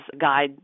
guide